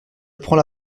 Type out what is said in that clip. prends